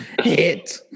hit